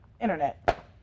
internet